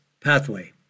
pathway